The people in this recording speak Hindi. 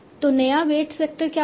तो नया वेट्स वेक्टर क्या होगा